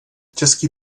český